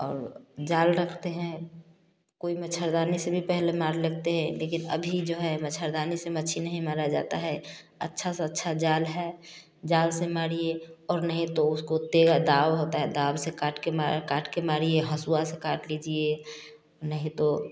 और जाल रखते हैं कोई मच्छरदानी से भी पहले मार लेतें हैं लेकिन अभी जो हैं मछरदानी से मच्छी नहीं मारा जाता हैं अच्छा से अच्छा जाल हैं जाल से मारिए और नहीं तो उसको तेरा दाब होता हैं दाब से काट काट के मारिए हसुआ से काट लीजिए नहीं तो